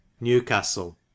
Newcastle